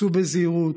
סעו בזהירות,